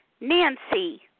Nancy